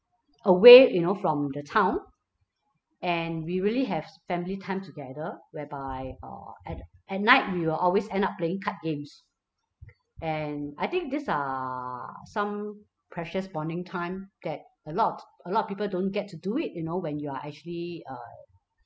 away you know from the town and we really haves family time together whereby uh at at night we will always end up playing card games and I think these are some precious bonding time that a lot a lot people don't get to do it you know when you are actually uh